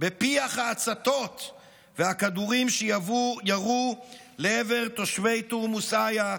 בפיח ההצתות והכדורים שירו לעבר תושבי תורמוס עיא,